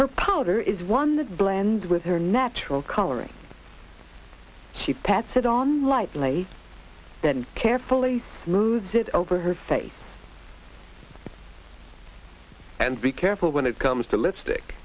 her powder is one that blend with her natural coloring she pats it on lightly then carefully moves it over her face and be careful when it comes to lipstick